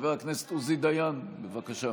חבר הכנסת עוזי דיין, בבקשה.